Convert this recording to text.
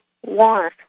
one